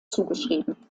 zugeschrieben